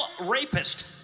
rapist